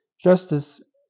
Justice